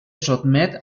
sotmet